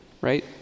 Right